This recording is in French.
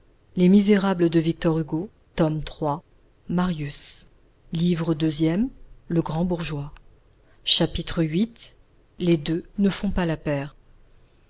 personne que le soir chapitre viii les deux ne font pas la paire